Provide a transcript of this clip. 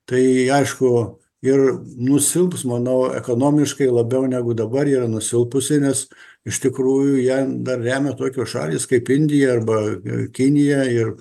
tai aišku ir nusilps manau ekonomiškai labiau negu dabar yra nusilpusi nes iš tikrųjų ją dar remia tokios šalys kaip indija arba kinija ir